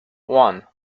one